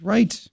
Right